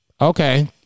Okay